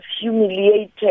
humiliated